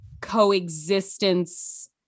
coexistence